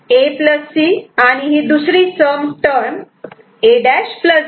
आणि ही दुसरी सम टर्म A' B